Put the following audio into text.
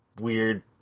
weird